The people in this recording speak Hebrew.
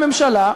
הממשלה,